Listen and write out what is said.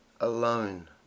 alone